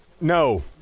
No